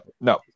no